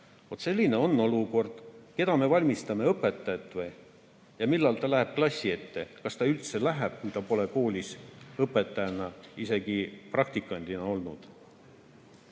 selline on olukord. Keda me valmistame ette, õpetajat või? Ja millal ta läheb klassi ette? Kas ta üldse läheb, kui ta pole koolis õpetajana isegi praktikandina olnud?